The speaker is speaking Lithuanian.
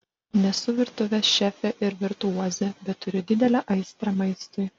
nesu virtuvės šefė ir virtuozė bet turiu didelę aistrą maistui